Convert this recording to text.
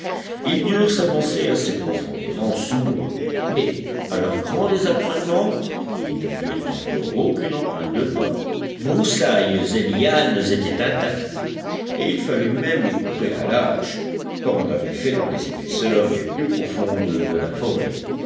ils durent s'avancer assez profondément sous bois mais à leur grand désappointement ils ne virent encore aucune empreinte de pas broussailles et lianes étaient intactes et il fallut même les couper à la hache comme on avait fait dans les épaisseurs les plus profondes de la forêt